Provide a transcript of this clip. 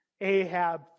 Ahab